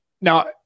Now